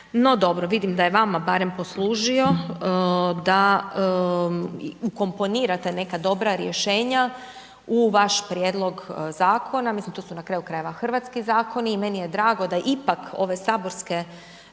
No dobro, vidim da je vama barem poslužio da ukomponirate neka dobra rješenja u vaš prijedlog zakona, mislim to su na kraju krajeva hrvatski zakona i meni je drago da ipak ove saborske